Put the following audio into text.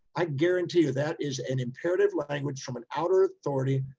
i guarantee you that is an imperative language from an outer authority.